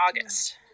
august